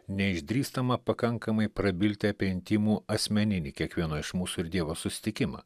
neišdrįstama pakankamai prabilti apie intymų asmeninį kiekvieno iš mūsų ir dievo susitikimą